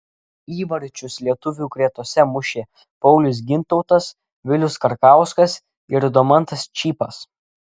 įvarčius lietuvių gretose mušė paulius gintautas vilius karkauskas ir domantas čypas